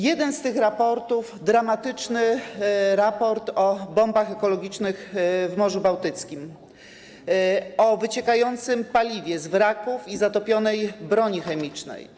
Jeden z tych raportów to dramatyczny raport o bombach ekologicznych w Morzu Bałtyckim, o paliwie wyciekającym z wraków i zatopionej broni chemicznej.